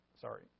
sorry